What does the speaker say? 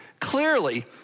clearly